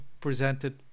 presented